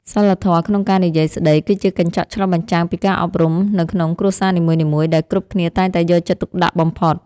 សីលធម៌ក្នុងការនិយាយស្តីគឺជាកញ្ចក់ឆ្លុះបញ្ចាំងពីការអប់រំនៅក្នុងគ្រួសារនីមួយៗដែលគ្រប់គ្នាតែងតែយកចិត្តទុកដាក់បំផុត។